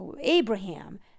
Abraham